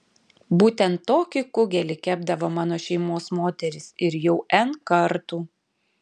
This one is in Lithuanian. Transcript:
būtent tokį kugelį kepdavo mano šeimos moterys ir jau n kartų